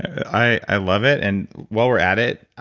i love it and while we're at it,